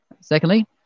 Secondly